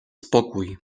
spokój